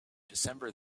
december